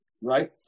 right